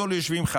יושבים ח"כים,